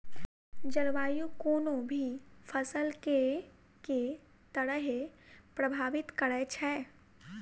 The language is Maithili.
जलवायु कोनो भी फसल केँ के तरहे प्रभावित करै छै?